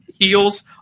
heels